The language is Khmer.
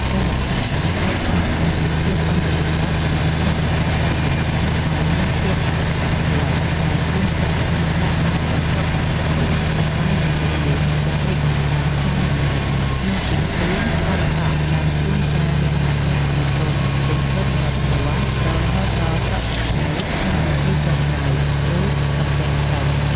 សិល្បៈតន្ត្រីខ្មែរមានភាពប៉ិនប្រសប់ក្នុងការបង្កើតបរិយាកាសឱ្យមានភាពអធិកអធម ដែលជួនកាលមានលក្ខណៈកំប្លុកកំប្លែងសប្បាយរីករាយដើម្បីបង្កើនស្នាមញញឹមក្នុងពិធីកាត់សក់ និងជួនកាលមានលក្ខណៈស្រទន់រំភើបញាប់ញ័ររហូតដល់ស្រក់ទឹកភ្នែកក្នុងពិធីចងដៃ ឬសំពះផ្ទឹម។